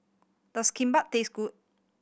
does Kimbap taste good